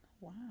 Wow